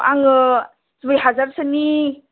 आङो दुइ हाजारसोनि